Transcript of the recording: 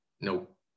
nope